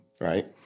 right